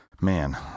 man